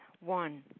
One